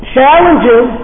Challenges